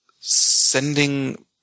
sending